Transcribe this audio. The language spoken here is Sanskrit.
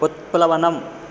उत्प्लवनम्